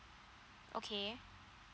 okay